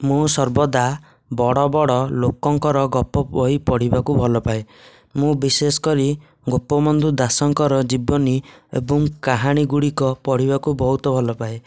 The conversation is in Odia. ମୁଁ ସର୍ବଦା ବଡ଼ ବଡ଼ ଲୋକଙ୍କର ଗପ ବହି ପଢ଼ିବାକୁ ଭଲ ପାଏ ମୁଁ ବିଶେଷ କରି ଗୋପବନ୍ଧୁ ଦାସଙ୍କର ଜୀବନୀ ଏବଂ କାହାଣୀ ଗୁଡ଼ିକ ପଢ଼ିବାକୁ ବହୁତ ଭଲ ପାଏ